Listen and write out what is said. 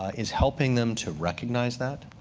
is helping them to recognize that,